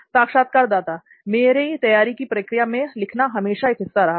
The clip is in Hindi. साक्षात्कारदाता मेरी तैयारी की प्रक्रिया में लिखना हमेशा एक हिस्सा रहा है